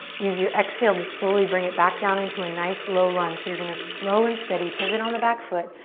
use your exhale to slowly bring it back down into a nice, low lunge. you're gonna slow and steady pivot on the back foot.